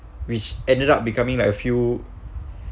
which ended up becoming like a few